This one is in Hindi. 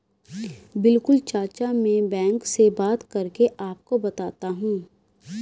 बिल्कुल चाचा में बैंक से बात करके आपको बताता हूं